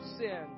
sin